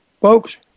folks